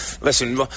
listen